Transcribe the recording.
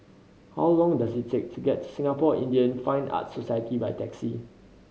how long does it take to get to Singapore Indian Fine Arts Society by taxi